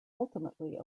ultimately